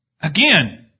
Again